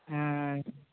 হ্যাঁ